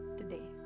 today